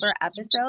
episode